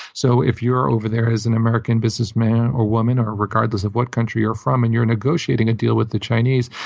so if you're over there as an american businessman or woman or regardless of what country you're from, and you're negotiating a deal with the chinese,